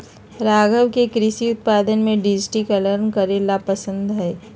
राघव के कृषि उत्पादक के डिजिटलीकरण करे ला पसंद हई